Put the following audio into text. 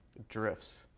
drifts.